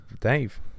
Dave